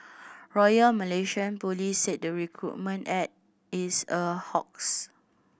Royal Malaysian Police said the recruitment ad is a hoax